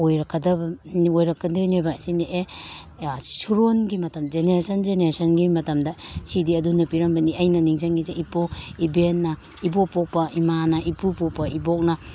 ꯑꯣꯏꯔꯛꯀꯗꯣꯏꯅꯦꯕ ꯁꯤꯅ ꯑꯦ ꯁꯨꯔꯣꯟꯒꯤ ꯃꯇꯝ ꯖꯦꯅꯦꯔꯦꯁꯟ ꯖꯦꯅꯦꯔꯦꯁꯟꯒꯤ ꯃꯇꯝꯗ ꯁꯤꯗꯤ ꯑꯗꯨꯅ ꯄꯤꯔꯝꯕꯅꯤ ꯑꯩꯅ ꯅꯤꯡꯖꯪꯉꯤꯁꯦ ꯏꯕꯣꯛ ꯏꯕꯦꯟꯅ ꯏꯕꯣꯛ ꯄꯣꯛꯄ ꯏꯃꯥꯅ ꯏꯄꯨ ꯄꯣꯛꯄ ꯏꯕꯣꯛꯅ